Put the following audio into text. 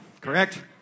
correct